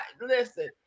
listen